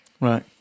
Right